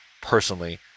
personally